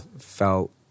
felt